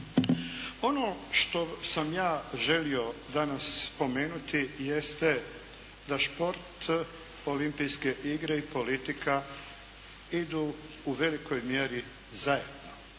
Ono što sam ja želio danas spomenuti jeste da šport, olimpijske igre i politika idu u velikoj mjeri zajedno.